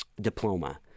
diploma